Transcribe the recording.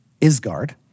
Isgard